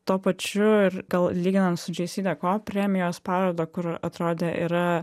tuo pačiu ir gal lyginant su džesideko premijos paroda kur atrodė yra